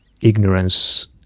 Ignorance